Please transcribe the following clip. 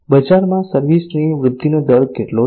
બજારમાં સર્વિસ ની વૃદ્ધિનો દર કેટલો છે